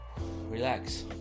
relax